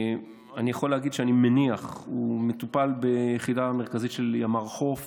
אני יכול להגיד שאני מניח שהוא מטופל ביחידה המרכזית של ימ"ר חוף